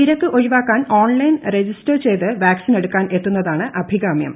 തിരക്ക് ഒഴിവാക്കാൻ online register ചെയ്ത് വാക്സിനെടുക്കാൻ എത്തുന്നതാണ് അഭികാമൃം